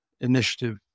Initiative